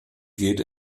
gilt